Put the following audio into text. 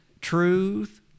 Truth